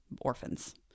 orphans